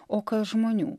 o kas žmonių